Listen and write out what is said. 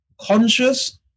conscious